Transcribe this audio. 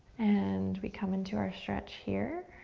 and we come into our stretch here.